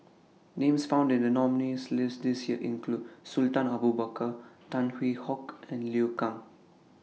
Names found in The nominees' list This Year include Sultan Abu Bakar Tan Hwee Hock and Liu Kang